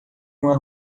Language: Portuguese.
uma